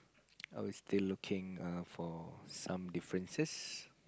oh and still looking for some differences